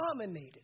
dominated